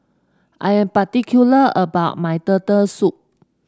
I'm particular about my Turtle Soup